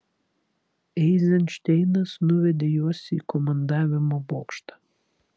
eizenšteinas nuvedė juos į komandavimo bokštą